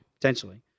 Potentially